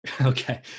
Okay